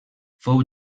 fou